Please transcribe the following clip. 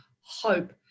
hope